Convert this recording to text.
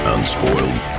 Unspoiled